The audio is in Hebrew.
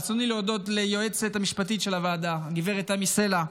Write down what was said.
ברצוני להודות ליועצת המשפטית של הוועדה גב' תמי סלע,